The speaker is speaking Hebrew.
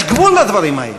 יש גבול לדברים האלה.